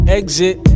exit